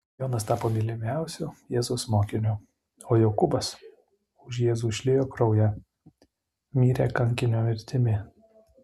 jonas tapo mylimiausiu jėzaus mokiniu o jokūbas už jėzų išliejo kraują mirė kankinio mirtimi